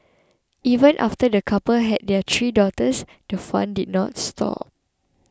even after the couple had their three daughters the fun did not stop